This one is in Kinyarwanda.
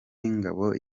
y’ingabo